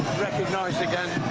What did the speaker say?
recognize again.